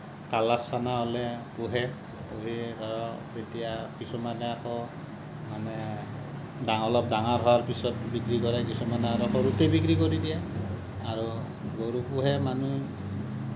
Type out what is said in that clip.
কালা চানা হ'লে পুহে পুহি ধৰক তেতিয়া কিছুমানে আকৌ মানে ডাঙঙৰ অলপ ডাঙৰ হোৱাৰ পিছত বিক্ৰী কৰে কিছুমানে আৰু সৰুতেই বিক্ৰী কৰি দিয়ে আৰু গৰু পোহে মানুহে